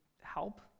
help